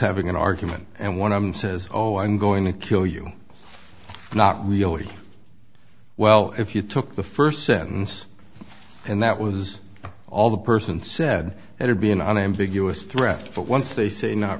having an argument and one i'm says oh i'm going to kill you not really well if you took the first sentence and that was all the person said it would be an unambiguous threat but once they say not